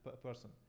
person